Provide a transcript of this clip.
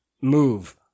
move